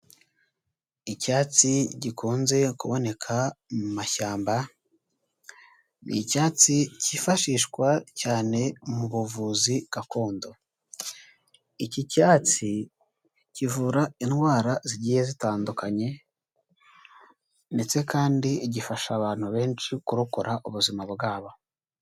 Icyatsi gikunze kuboneka mu mashyamba, ni icyatsi cyifashishwa cyane mu buvuzi gakondo, iki cyatsi kivura indwara zigiye zitandukanye, ndetse kandi gifasha abantu benshi kurokora ubuzima bwabo.